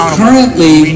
currently